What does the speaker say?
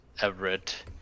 Everett